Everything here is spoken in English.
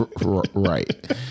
Right